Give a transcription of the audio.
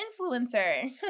influencer